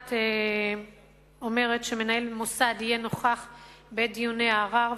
האחת אומרת שמנהל מוסד יהיה נוכח בעת דיוני הערר,